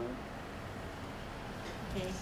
no that's not true